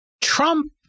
Trump